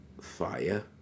Fire